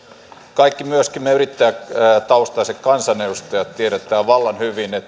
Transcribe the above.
kaikki me yrittäjätaustaiset kansanedustajat myöskin tiedämme vallan hyvin että